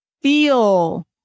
feel